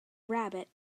rabbit